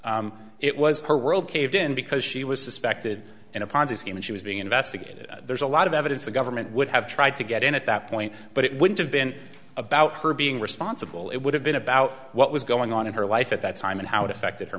seized it was her world caved in because she was suspected in a ponzi scheme and she was being investigated there's a lot of evidence the government would have tried to get in at that point but it wouldn't have been about her being responsible it would have been about what was going on in her life at that time and how it affected her